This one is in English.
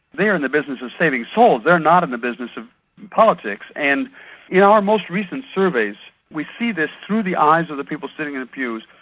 they are in the business of saving souls, they're not in the business of politics, and in our most recent surveys we see this through the eyes of the people sitting in the pews,